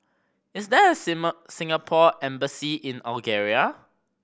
is there a Singapore Embassy in Algeria